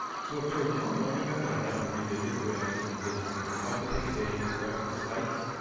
so if there's one run and gun that i'd like to revisit, it would actually be this one. i would like to take a day, correct the sights,